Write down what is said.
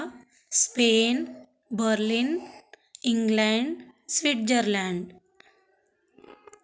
द्वादशदिनाङ्कः मे मासः एकोनाशीत्युत्तरनवदशशततमः वर्षः विंशतिदिनाङ्कः नवम्बर् मासः द्व्यशीत्यधिकनवदशशततमः वर्षः